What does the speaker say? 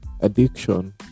addiction